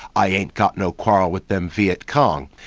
i ain't got no quarrel with them viet cong.